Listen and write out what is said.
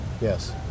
Yes